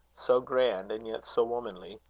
so grand, and yet so womanly!